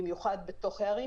במיוחד בערים,